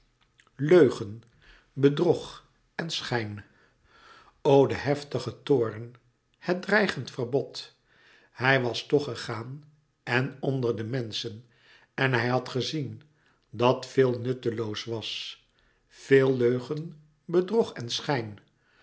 leugen bedrog en schijn o de heftige toorn het dreigend verbod hij was toch gegaan en onder de menschen en hij had gezien dat veel nutteloos was veel leugen bedrog en schijn